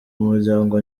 umuryango